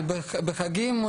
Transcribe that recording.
בחגים,